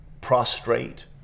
prostrate